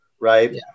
right